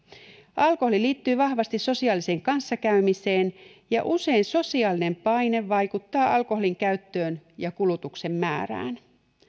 alkoholi liittyy vahvasti sosiaaliseen kanssakäymiseen ja usein sosiaalinen paine vaikuttaa alkoholin käyttöön ja kulutuksen määrään